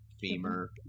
femur